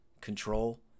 control